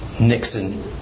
Nixon